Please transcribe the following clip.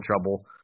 trouble